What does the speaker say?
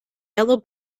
yellow